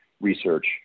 research